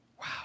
Wow